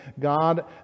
God